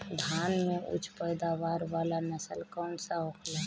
धान में उच्च पैदावार वाला नस्ल कौन सा होखेला?